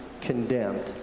condemned